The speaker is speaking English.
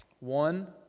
One